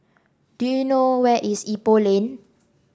do you know where is Ipoh Lane